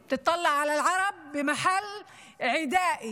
היא מביטה על הערבים ממקום עוין.)